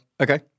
Okay